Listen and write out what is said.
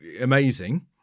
amazing